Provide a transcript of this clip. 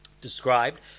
Described